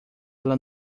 ela